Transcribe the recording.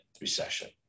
recession